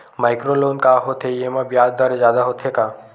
Micro loan का होथे येमा ब्याज दर जादा होथे का?